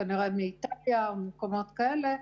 כנראה מאיטליה או ממקומות כאלה.